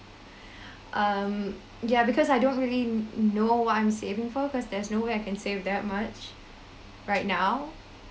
um ya because I don't really know what I'm saving for cause there's no way I can save that much right now